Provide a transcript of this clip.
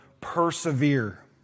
persevere